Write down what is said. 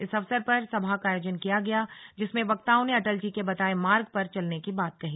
इस अवसर पर सभा का आयोजन किया गया जिसमें वक्ताओं ने अटलजी के बताये मार्ग पर चलने की बात कही